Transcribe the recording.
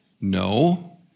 No